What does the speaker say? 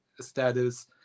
status